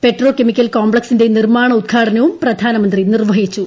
petro chemical കോംപ്ലക്സിന്റെ നിർമ്മാണോദ്ഘാടനവും പ്രധാനമന്ത്രി നിർവ്വഹിച്ചു